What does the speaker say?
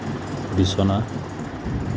বিছনা